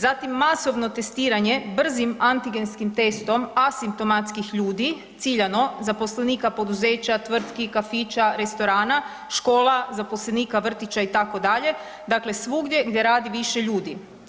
Zatim masovno testiranje brzim antigenskim testom asimptomatskih ljudi ciljano zaposlenika poduzeća, tvrtki, kafića, restorana, škola, zaposlenika vrtića itd., dakle svugdje gdje radi više ljudi.